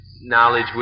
knowledge